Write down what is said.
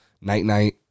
night-night